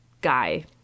guy